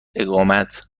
اقامت